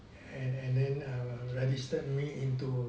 and and then err registered me into